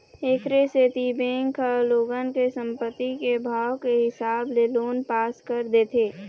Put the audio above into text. एखरे सेती बेंक ह लोगन के संपत्ति के भाव के हिसाब ले लोन पास कर देथे